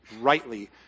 rightly